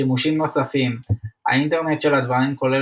שימושים נוספים האינטרנט של הדברים כולל